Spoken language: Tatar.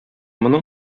моның